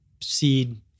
seed